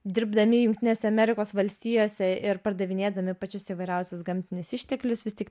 dirbdami jungtinėse amerikos valstijose ir pardavinėdami pačius įvairiausius gamtinius išteklius vis tik